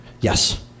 Yes